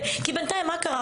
בינתיים מה קרה?